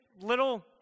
little